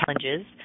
challenges